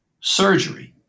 surgery